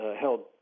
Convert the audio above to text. held